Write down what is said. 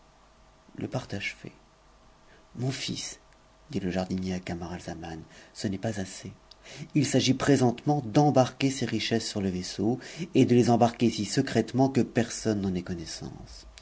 le partage tait mon fils dit le jardinier à camaralzaman ce n'est pas assez il s'agit présentement d'embarquer ces richesses sur le vaisseau et de les embarquer si secrètement que personne n'en ait connaissance